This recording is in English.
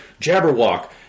Jabberwock